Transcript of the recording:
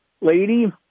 lady